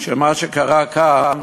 שמה שקרה כאן,